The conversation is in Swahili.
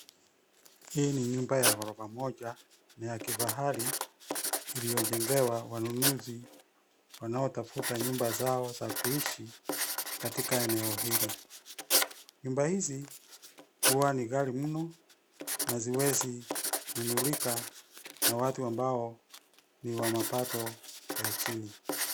Hii ni nyumba ya ghorofa moja na ya kifahari iliyojengewa wanunuzi wanaotafuta nyumba zao za kuishi katika eneo hili. Nyumba hizi huwa ni ghali mno na haziwezi nunulika na watu ambao ni wa mapato ya chini.